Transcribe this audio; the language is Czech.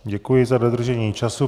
Děkuji za dodržení času.